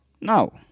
now